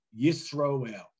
Yisroel